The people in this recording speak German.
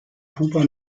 kuba